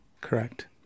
Correct